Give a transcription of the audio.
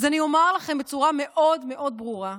אז אני אומר לכם בצורה מאוד מאוד ברורה,